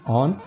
on